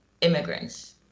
immigrants